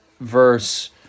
verse